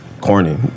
corny